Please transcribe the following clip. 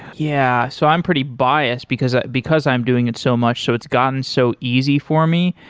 yeah. so i'm pretty bias, because ah because i'm doing it so much. so it's gotten so easy for me.